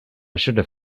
should